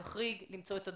להחריג, למצוא את הדרך.